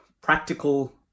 practical